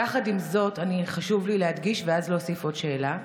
יחד עם זאת, חשוב לי להדגיש, ואז להוסיף עוד שאלה: